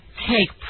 take